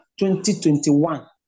2021